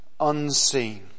Unseen